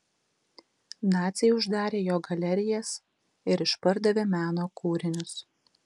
naciai uždarė jo galerijas ir išpardavė meno kūrinius